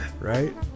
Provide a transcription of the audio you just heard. right